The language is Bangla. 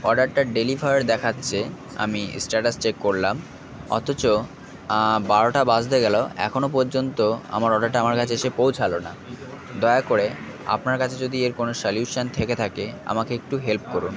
অর্ডারটা ডেলিভার দেখাচ্ছে আমি স্ট্যাটাস চেক করলাম অথচ বারোটা বাজতে গেল এখনো পর্যন্ত আমার অর্ডারটা আমার কাছে এসে পৌঁছালো না দয়া করে আপনার কাছে যদি এর কোনো সালিউশন থেকে থাকে আমাকে একটু হেল্প করুন